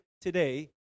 today